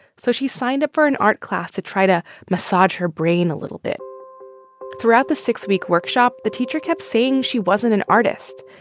so she signed up for an art class to try to massage her brain a little bit throughout the six-week workshop, the teacher kept saying she wasn't an artist.